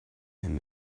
him